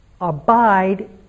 abide